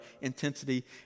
intensity